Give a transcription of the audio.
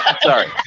Sorry